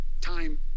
time